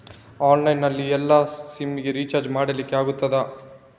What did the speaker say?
Online ನಲ್ಲಿ ಎಲ್ಲಾ SIM ಗೆ ರಿಚಾರ್ಜ್ ಮಾಡಲಿಕ್ಕೆ ಆಗ್ತದಾ?